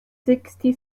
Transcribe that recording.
sixty